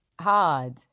hard